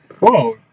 Whoa